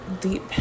Deep